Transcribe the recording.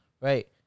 Right